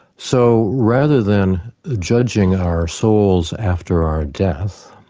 so rather than judging our souls after our death,